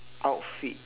outfit